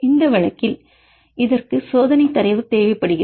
இந்த வழக்கில் இதற்கு சோதனை தரவு தேவைப்படுகிறது